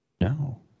No